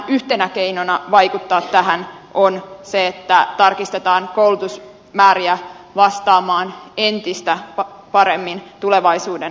yhtenä keinona vaikuttaa tähän on se että tarkistetaan koulutusmääriä vastaamaan entistä paremmin tulevaisuuden työelämän tarpeita